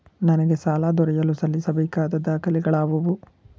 ನನಗೆ ಸಾಲ ದೊರೆಯಲು ಸಲ್ಲಿಸಬೇಕಾದ ದಾಖಲೆಗಳಾವವು?